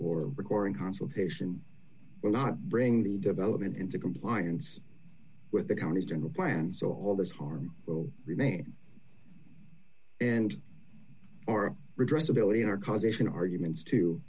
or requiring consultation will not bring the development into compliance with the county's general plan so all this harm will remain and or redress ability our causation arguments to